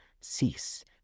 cease